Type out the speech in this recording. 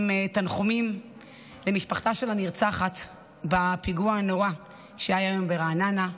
עם תנחומים למשפחתה של הנרצחת בפיגוע הנורא שהיה היום ברעננה,